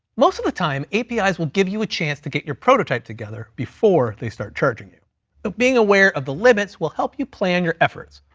most of the time aps will give you a chance to get your prototype together before they start charging you, but being aware of the limits will help you plan your efforts.